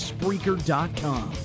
Spreaker.com